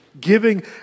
giving